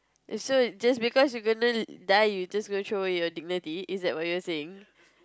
is so just because you gonna die you're just gonna throw away your dignity is that what you're saying